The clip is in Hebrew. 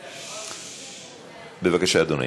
בבקשה, אדוני.